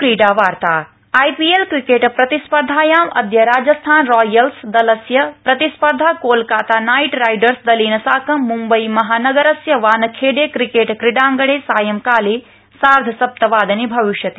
क्रीडावार्ता IPL क्रिकेटप्रतिस्पर्धायां अद्य राजस्थानरॉयल्सदलस्य प्रतिस्पर्धा कोलकाता नाइट राइडर्सदलेन साकं मुम्बईमहानगरस्य वानखेडे क्रीकेट क्रीडाङ्गणे सायंकाले सार्धसप्तवादने भविष्यति